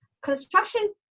construction